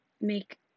make